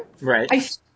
Right